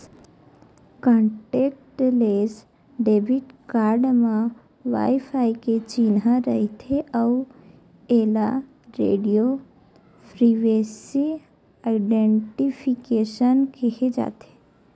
contactless debit card म WiFi के चिन्हा रहिथे अउ एला रेडियो फ्रिवेंसी आइडेंटिफिकेसन केहे जाथे